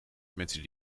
mensen